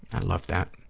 i love that.